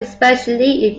especially